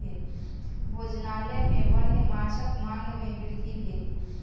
भोजनालय में वन्य माँछक मांग में वृद्धि भेल